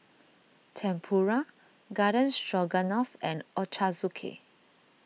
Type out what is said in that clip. Tempura Garden Stroganoff and Ochazuke